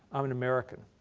i'm an american.